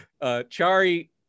Chari